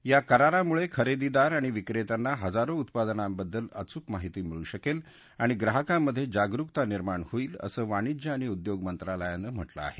या करारामुळे खरेदीदार आणि विक्रेत्यांना इजारो उत्पादनांबद्दल अचूक माहिती मिळू शकेल आणि ग्राहकांमध्ये जागरुकता निर्माण होईल असं वाणिज्य आणि उद्योग मंत्रालयानं म्हटलं आहे